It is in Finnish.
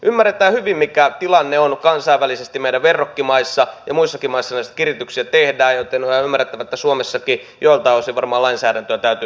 ymmärretään hyvin mikä tilanne on kansainvälisesti meidän verrokkimaissamme ja muissakin maissa näitä kiristyksiä tehdään joten on ihan ymmärrettävää että suomessakin joiltain osin varmaan lainsäädäntöä täytyy tarkistaa